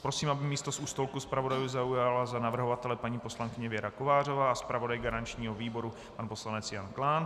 Prosím, aby místo u stolku zpravodajů zaujala za navrhovatele paní poslankyně Věra Kovářová a zpravodaj garančního výboru pan poslanec Jan Klán.